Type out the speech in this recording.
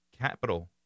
capital